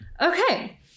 Okay